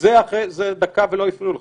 זה אחרי דקה ולא הפריעו לך.